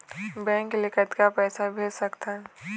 Bank ले कतक पैसा भेज सकथन?